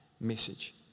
message